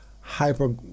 hyper